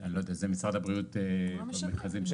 אני לא יודע, זה משרד הבריאות והמכרזים שלהם.